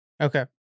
Okay